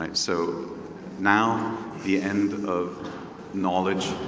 um so now the end of knowledge,